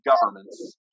governments